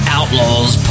Outlaws